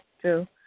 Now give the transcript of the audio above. true